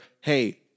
hey